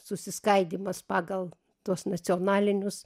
susiskaidymas pagal tuos nacionalinius